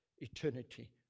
eternity